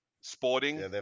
Sporting